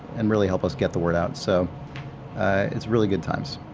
and really help us get the word out. so it's really good times.